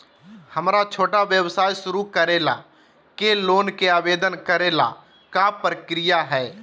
हमरा छोटा व्यवसाय शुरू करे ला के लोन के आवेदन करे ल का प्रक्रिया हई?